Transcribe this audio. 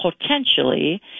potentially